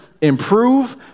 improve